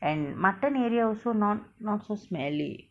and mutton area also not not so smelly